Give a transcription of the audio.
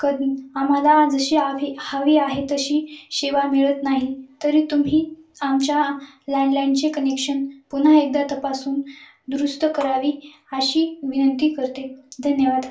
कधी आम्हाला जशी आवी हवी आहे तशी सेवा मिळत नाही तरी तुम्ही आमच्या लँडलाईनचे कनेक्शन पुन्हा एकदा तपासून दुरुस्त करावे अशी विनंती करते धन्यवाद